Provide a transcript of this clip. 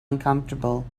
uncomfortable